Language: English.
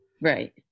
Right